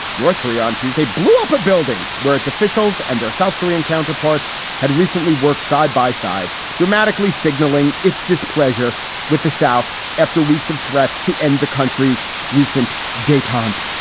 north korea on tuesday blew up a building where its officials and their south korean counterparts had recently worked side by side, dramatically signaling its displeasure with the south. after weeks of threats to end the country's recent detente,